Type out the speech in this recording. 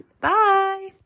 Bye